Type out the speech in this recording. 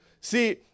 See